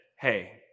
hey